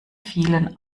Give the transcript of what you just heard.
vielen